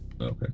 okay